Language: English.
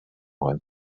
when